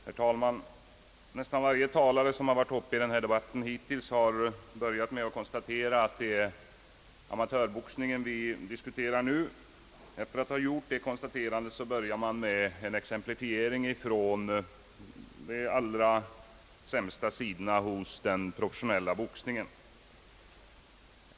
Herr talman! Nästan varje talare, som varit uppe i debatten hittills, har börjat med att konstatera, att det är amatörboxningen vi nu diskuterar. Efter detta konstaterande kommer man med en exemplifiering från de allra sämsta sidorna hos den professionella boxningen.